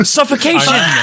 Suffocation